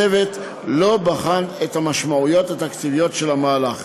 הצוות לא בחן את המשמעויות התקציביות של המהלך.